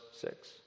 six